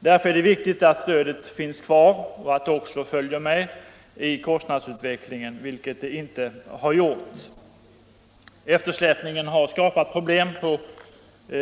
Därför är det viktigt att stödet finns kvar och att det också följer med i kostnadsutvecklingen, vilket det inte har gjort. Eftersläpningen har skapat problem på